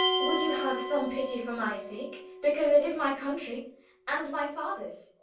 would you have some pity for my sake, because it is my country and my father's.